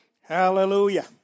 Hallelujah